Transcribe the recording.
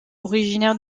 originaire